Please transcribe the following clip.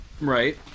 Right